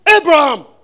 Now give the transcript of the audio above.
Abraham